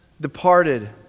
departed